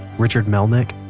richard melnick,